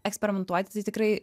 eksperimentuoti tai tikrai